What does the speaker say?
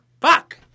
Fuck